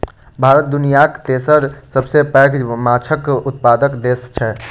भारत दुनियाक तेसर सबसे पैघ माछक उत्पादक देस छै